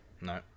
No